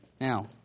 Now